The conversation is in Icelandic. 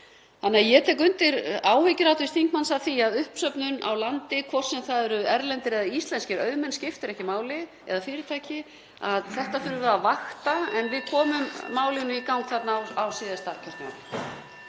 Þannig að ég tek undir áhyggjur hv. þingmanns af uppsöfnun á landi, hvort sem þar eru erlendir eða íslenskir auðmenn, skiptir ekki máli, eða fyrirtæki. Þetta þurfum við að vakta. En við komum málinu í gang á síðasta kjörtímabili.